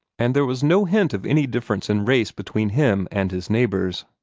and there was no hint of any difference in race between him and his neighbors.